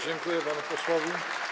Dziękuję panu posłowi.